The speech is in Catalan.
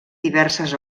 diverses